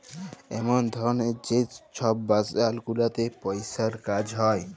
এমল ধরলের যে ছব বাজার গুলাতে পইসার কাজ হ্যয়